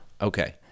Okay